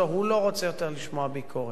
הוא לא רוצה יותר לשמוע ביקורת.